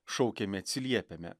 šaukiame atsiliepiame